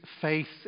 faith